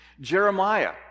Jeremiah